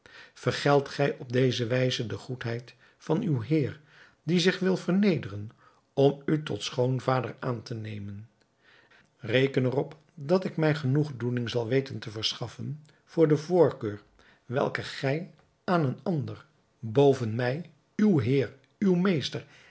vergeldt gij op deze wijze de goedheid van uw heer die zich wil vernederen om u tot schoonvader aan te nemen reken er op dat ik mij genoegdoening zal weten te verschaffen voor de voorkeur welke gij aan een ander boven mij uw heer uw meester